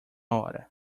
hora